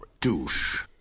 Douche